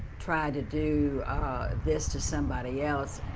try to do this to somebody else